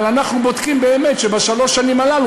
אבל אנחנו בודקים באמת שבשלוש השנים הללו